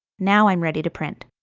now i'm ready to print.